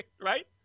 Right